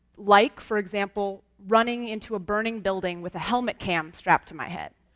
like, for example, running into a burning building, with a helmet-cam strapped to my head.